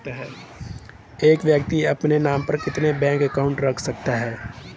एक व्यक्ति अपने नाम पर कितने बैंक अकाउंट रख सकता है?